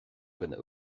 dhuine